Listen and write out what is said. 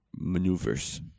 maneuvers